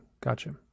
Gotcha